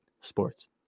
sports